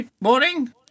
Morning